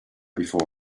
before